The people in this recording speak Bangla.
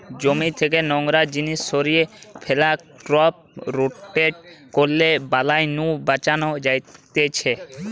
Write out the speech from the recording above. জমি থেকে নোংরা জিনিস সরিয়ে ফ্যালা, ক্রপ রোটেট করলে বালাই নু বাঁচান যায়তিছে